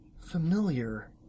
familiar